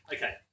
Okay